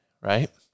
Right